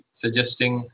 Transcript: suggesting